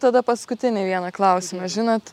tada paskutinį vieną klausimą žinot